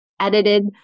edited